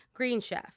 GreenChef